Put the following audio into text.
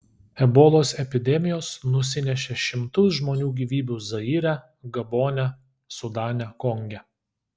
ebolos epidemijos nusinešė šimtus žmonių gyvybių zaire gabone sudane konge